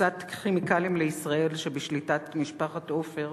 מקבוצת "כימיקלים לישראל" שבשליטת משפחת עופר